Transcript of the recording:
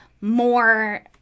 more